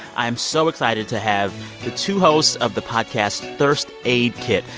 i'm so excited to have the two hosts of the podcast thirst aid kit,